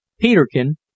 Peterkin